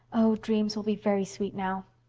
oh, dreams will be very sweet now.